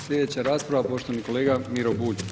Slijedeća rasprava poštovani kolega Miro Bulj.